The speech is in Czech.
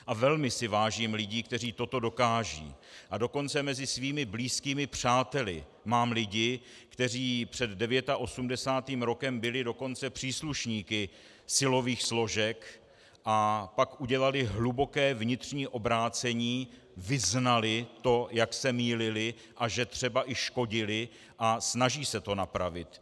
A velmi si vážím lidí, kteří toto dokážou, a dokonce mezi svými blízkými přáteli mám lidi, kteří před rokem 1989 byli dokonce příslušníky silových složek a pak udělali hluboké vnitřní obrácení, vyznali to, jak se mýlili a že třeba i škodili, a snaží se to napravit.